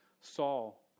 Saul